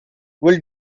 will